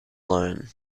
learn